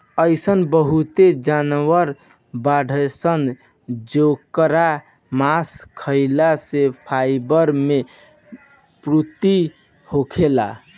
अइसन बहुते जानवर बाड़सन जेकर मांस खाइला से फाइबर मे पूर्ति होखेला